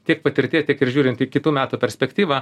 tiek patirtyje tiek ir žiūrint į kitų metų perspektyvą